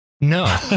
no